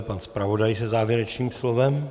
Pan zpravodaj se závěrečným slovem.